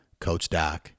CoachDoc